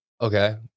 Okay